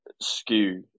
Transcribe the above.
skew